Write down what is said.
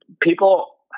people